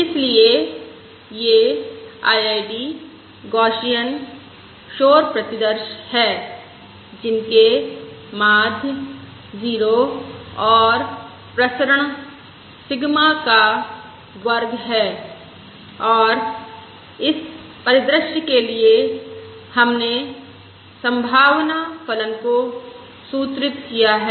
इसलिए ये IID Gaussian शोर प्रतिदर्श है जिनके माध्य 0 और प्रसरण सिग्मा का वर्ग है और इस परिदृश्य के लिए हमने संभावना फलन को सूत्रित किया है